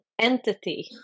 entity